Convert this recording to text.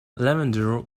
lavender